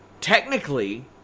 technically